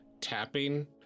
tapping